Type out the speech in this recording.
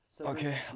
okay